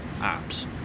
apps